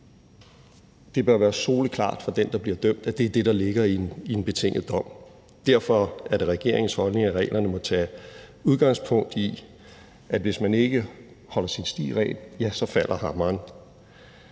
Det bør være soleklart for den, der bliver dømt, at det er det, der ligger i en betinget dom. Derfor er det regeringens holdning, at reglerne må tage udgangspunkt i, at hvis man ikke holder sin sti ren, ja, så falder hammeren.